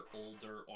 older